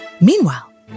Meanwhile